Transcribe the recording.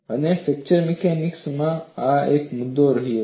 અને fracture mechanics માં આ એક મુદ્દો રહ્યો છે